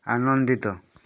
ଆନନ୍ଦିତ